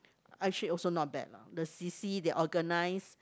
actually also not bad lah the C_C they organise